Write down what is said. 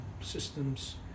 systems